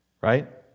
right